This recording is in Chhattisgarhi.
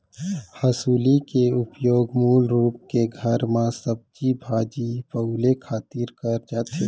हँसुली के उपयोग मूल रूप के घर म सब्जी भाजी पउले खातिर करे जाथे